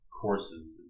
courses